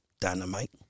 dynamite